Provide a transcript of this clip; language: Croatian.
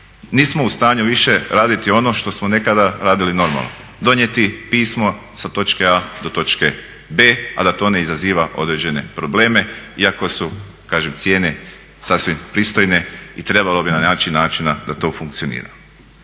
Nismo u stanju više raditi ono što smo nekada radili normalno, donijeti pismo sa točke A do točke B a da to ne izaziva određene probleme iako su kažem cijene sasvim pristojne i trebalo bi naći načina da to funkcionira.